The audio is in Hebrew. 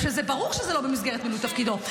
כשזה ברור שזה לא במסגרת מילוי תפקידו,